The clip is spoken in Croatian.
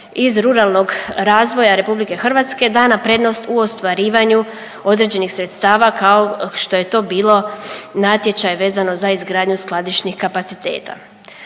iz ruralnog razvoja RH dana prednost u ostvarivanju određenih sredstava kao što je to bilo natječaj vezano za izgradnju skladišnih kapaciteta.